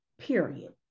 period